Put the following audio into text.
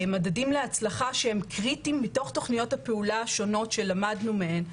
מדדים להצלחה שהם קריטיים מתוך תוכניות הפעולה השונות שלמדנו מהן,